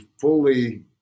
fully